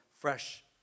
fresh